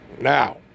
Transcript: now